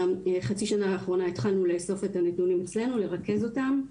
אז בחצי השנה האחרונה התחלנו לאסוף את החומרים ולרכז אותם.